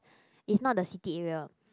it's not the city area